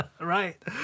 Right